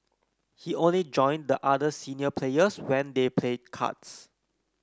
he only join the other senior players when they played cards